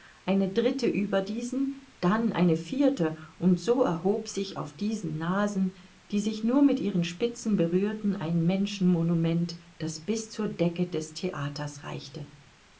eine dritte über diesen dann eine vierte und so erhob sich auf diesen nasen die sich nur mit ihren spitzen berührten ein menschenmonument das bis zur decke des theaters reichte